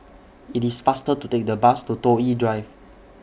IT IS faster to Take The Bus to Toh Yi Drive